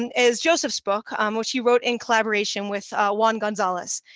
and is joseph's book, um which he wrote in collaboration with juan gonzalez,